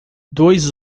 dois